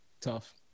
Tough